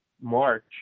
March